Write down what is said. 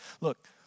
Look